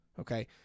okay